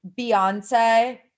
Beyonce